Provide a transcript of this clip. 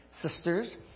sisters